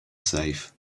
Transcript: safe